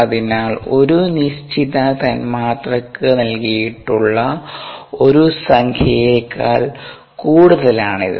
അതിനാൽ ഒരു നിശ്ചിത തന്മാത്രയ്ക്ക് നൽകിയിട്ടുള്ള ഒരു സംഖ്യയേക്കാൾ കൂടുതലാണ് ഇത്